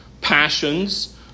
passions